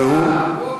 והוא?